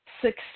Success